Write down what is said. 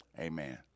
Amen